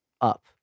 up